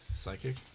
Psychic